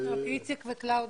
אני רוצה לשמוע אנשים ב-זום.